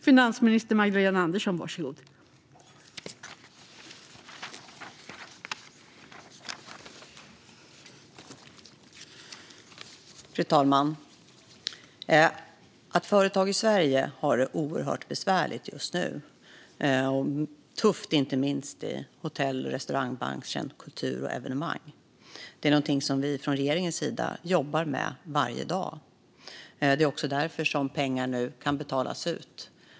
Fru talman! Att företag i Sverige har det oerhört tufft och besvärligt just nu, inte minst i branscher som hotell och restaurang, kultur och evenemang, är någonting som vi från regeringens sida jobbar med varje dag. Det är också därför som pengar nu kan betalas ut.